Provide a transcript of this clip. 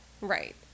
Right